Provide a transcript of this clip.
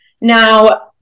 now